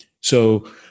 So-